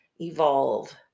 evolve